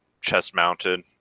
chest-mounted